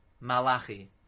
Malachi